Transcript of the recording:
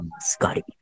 Scotty